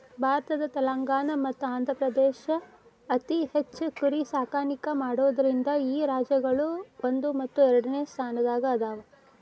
ಭಾರತದ ತೆಲಂಗಾಣ ಮತ್ತ ಆಂಧ್ರಪ್ರದೇಶ ಅತಿ ಹೆಚ್ಚ್ ಕುರಿ ಸಾಕಾಣಿಕೆ ಮಾಡೋದ್ರಿಂದ ಈ ರಾಜ್ಯಗಳು ಒಂದು ಮತ್ತು ಎರಡನೆ ಸ್ಥಾನದಾಗ ಅದಾವ